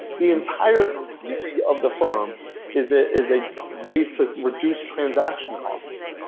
the entire theory of the firm is is a way to reduce transaction costs.